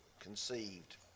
Conceived